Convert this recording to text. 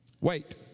Wait